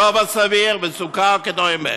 גובה סביר וסוכה וכדומה,